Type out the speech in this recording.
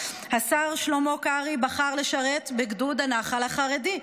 השר שלמה קרעי בחר לשרת בגדוד הנח"ל החרדי,